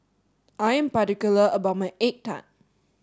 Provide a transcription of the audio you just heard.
I am particular about my egg tart